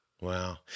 Wow